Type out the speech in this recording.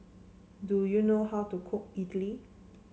do you know how to cook idly